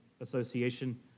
association